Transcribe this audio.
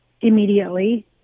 immediately